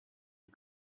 you